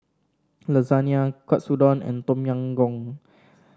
Lasagne Katsudon and Tom Yam Goong